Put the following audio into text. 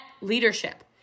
leadership